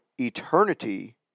eternity